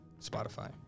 Spotify